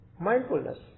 Mindfulness